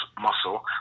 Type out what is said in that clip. muscle